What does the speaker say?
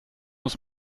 muss